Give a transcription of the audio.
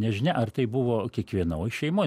nežinia ar tai buvo kiekvienoj šeimoj